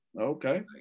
Okay